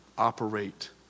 operate